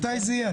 מתי זה יהיה?